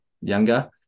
younger